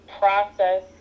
process